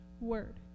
word